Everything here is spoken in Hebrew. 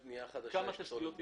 למה בבנייה חדשה יש פסולת בניין?